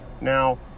now